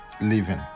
living